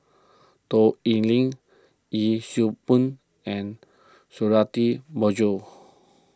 Toh Liying Yee Siew Pun and Suradi Parjo